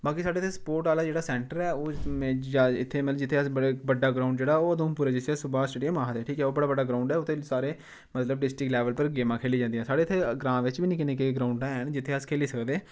बाकी साढ़ा इत्थै स्पोर्टस आह्ला जेह्ड़ा सैंटर ऐ ओह् इत्थें मतलब जित्थें असें बड़े बड्डा ग्राउंड जेह्ड़ा ऐ ओह् उधमपुर ऐ जिसी अस सुभाष स्टेडियम आखदे ठीक ऐ ओह् बड़ा बड्डा ग्राउंड ऐ उत्थें सारे मतलब डिस्टिक लैवल उप्पर गेमां खेलियां जंदियां साढ़े इत्थें ग्रांऽ बिच बी निक्कियां निक्कियां ग्रांउडां हैन जित्थै अस खेली सकदे